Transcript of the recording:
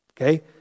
Okay